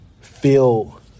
feel